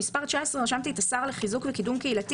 במס' 19 רשמתי את השר לחיזוק וקידום קהילתי.